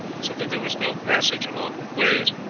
so that there was no passage along the quays.